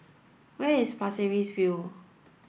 where is Pasir Ris View